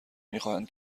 میخواهند